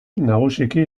nagusiki